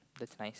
that's nice